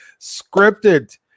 scripted